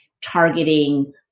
targeting